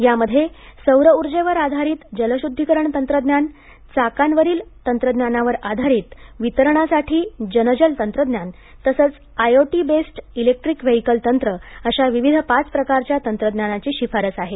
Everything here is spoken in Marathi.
यामध्ये सौरउर्जेवर आधारित जलशुद्धीकरण तंत्रज्ञान चाकांवरील तंत्रज्ञानावर आधारित वितरणासाठी जनजल तंत्रज्ञान तसंच आयओटी बेस्ड इलेक्ट्रिक वेहिकल तंत्र अशा विविध पाच प्रकारच्या तंत्रांची शिफारस आहे